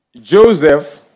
Joseph